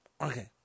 Okay